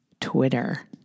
Twitter